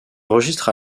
registre